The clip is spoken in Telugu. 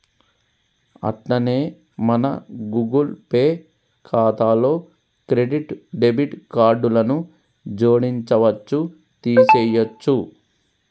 అట్లనే మన గూగుల్ పే ఖాతాలో క్రెడిట్ డెబిట్ కార్డులను జోడించవచ్చు తీసేయొచ్చు